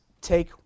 take